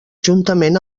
juntament